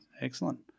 Excellent